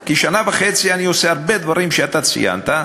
כי שנה וחצי אני עושה הרבה דברים שאתה ציינת,